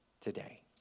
today